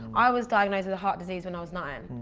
i was diagnosed with a heart disease when i was nine.